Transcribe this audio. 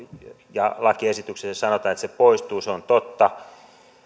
ja lakiesityksessä sanotaan että se poistuu se on totta